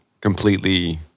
completely